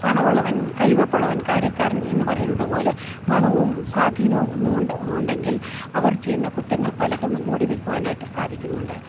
പണം ഉള്ളവൻ കൈവപ്പുള്ളവൻ കാര്യക്കാരൻ എന്ന് പറയുന്നത് പോലെ പണവും സ്വാധീനവും ഒന്നുണ്ട് ഉണ്ടെങ്കിൽ അവർ ചെയ്യുന്ന കുറ്റങ്ങൾ പലതും മൂടി വെക്കുവാനായിട്ട് സാധിക്കുന്നുണ്ട്